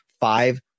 five